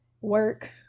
work